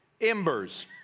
embers